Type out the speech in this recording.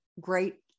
great